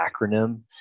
acronym